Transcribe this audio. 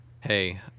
Hey